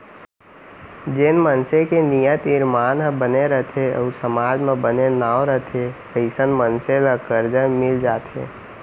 जेन मनसे के नियत, ईमान ह बने रथे अउ समाज म बने नांव रथे अइसन मनसे ल करजा मिल जाथे